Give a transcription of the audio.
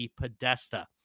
Podesta